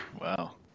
Wow